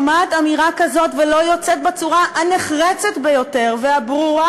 שומעת אמירה כזאת ולא יוצאת בצורה הנחרצת ביותר והברורה